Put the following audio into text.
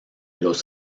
los